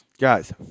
Guys